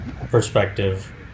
perspective